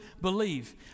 believe